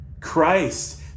Christ